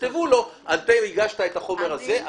תכתבו לו: הגשת את החומר הזה,